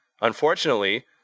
Unfortunately